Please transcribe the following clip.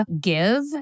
give